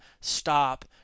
stop